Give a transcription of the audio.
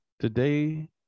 Today